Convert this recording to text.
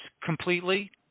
completely